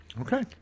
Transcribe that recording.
Okay